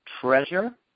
treasure